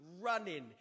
running